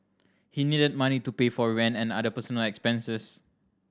he needed money to pay for rent and other personal expenses